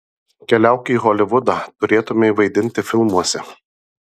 keliauk į holivudą turėtumei vaidinti filmuose